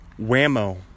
whammo